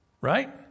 Right